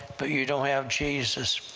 but you don't have jesus,